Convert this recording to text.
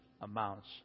amounts